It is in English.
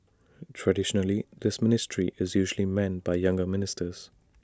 traditionally this ministry is usually manned by younger ministers